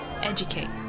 educate